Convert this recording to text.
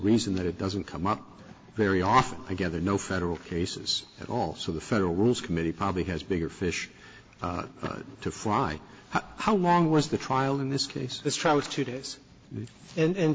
reason that it doesn't come up very often together no federal cases at all so the federal rules committee probably has bigger fish to fry how long was the trial in this case this trial was two days and and